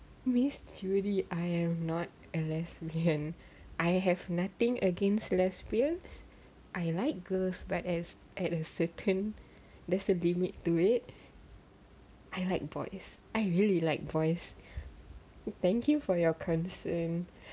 miss really I am not lesbian I have nothing against lesbian I like girls but as at a certain there's a limit to it I like boys I really liked boys thank you for your concern